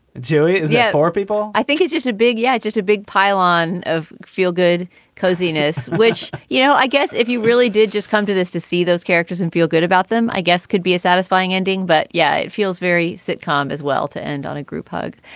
julia is there yeah for people i think he's just a big yeah, it's just a big pylon of feel-good cosiness, which, you know, i guess if you really did just come to this to see those characters and feel good about them, i guess could be a satisfying ending. but yeah, it feels very sitcom as well to end on a group hug.